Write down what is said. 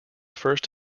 first